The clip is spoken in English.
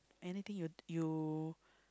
anything you you